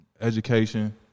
education